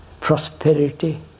prosperity